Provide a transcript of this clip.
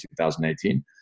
2018